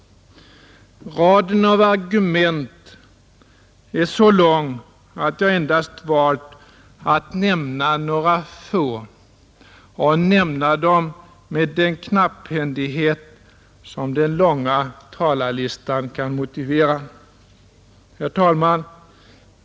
Raden av argument är så lång att jag endast har valt att nämna några få och nämna dem med den knapphändighet som den långa talarlistan kan motivera. Herr talman!